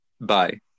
Bye